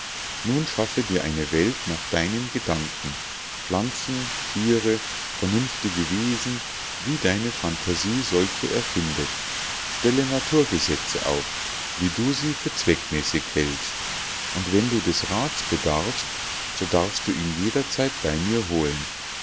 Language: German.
nun schaffe dir eine welt nach deinen gedanken pflanzen tiere vernünftige wesen wie deine phantasie solche erfindet stelle naturgesetze auf wie du sie für zweckmäßig hältst und wenn du des rats bedarfst so darfst du ihn jederzeit bei mir holen